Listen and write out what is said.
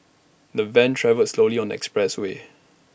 the van travelled slowly on the expressway